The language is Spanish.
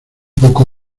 poco